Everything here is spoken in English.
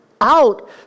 out